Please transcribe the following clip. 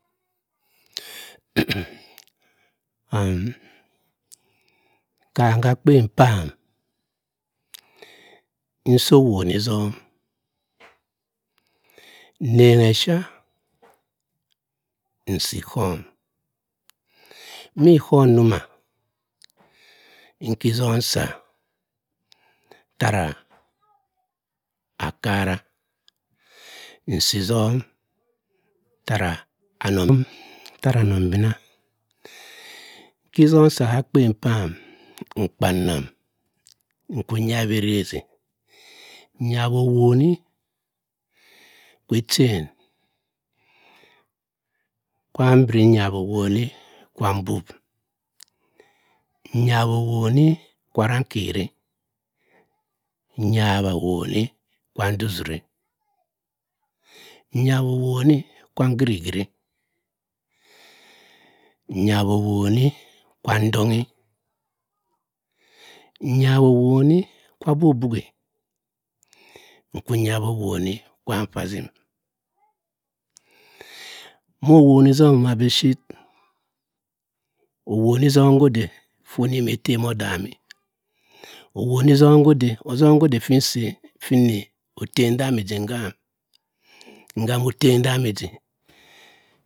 Mm- a kaam ga akpen pam, nsi owoni somo nrenga ephia, nsi ikhom mi ikhom nnuma nki izom nsa ttara akara nsi izom tata anong bina nki izom nsa ka akpen pam mkpannam nkwu nyabba atrezi nyawa owoni, kwa echen kwa mbiri nyawa owoni kwa mbub, nyawa owoni kwa arrankeri. nyawa owoni kwa nduizuri. nyawa owoni kwa ngiri-giri. nyawa owoni kwa ndongi nyawa owoni kwa abubuhi. nkwu nyawa owom kwa mpaazim moh owoni zom nvuma biphir owoni zom go de for onim etem odami, owoni zom go de, ozom go de fi nsi fi ini otem damigi ngam. ngam otem damiji.